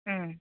অঁ